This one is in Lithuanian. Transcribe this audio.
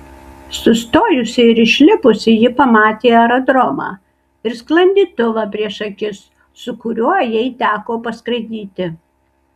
sustojusi ir išlipusi ji pamatė aerodromą ir sklandytuvą prieš akis su kuriuo jai teko paskraidyti